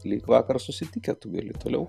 lyg vakar susitikę tu gali toliau